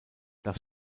das